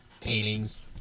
paintings